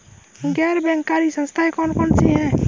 गैर बैंककारी संस्थाएँ कौन कौन सी हैं?